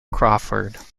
crawford